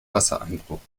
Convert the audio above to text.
wassereinbruch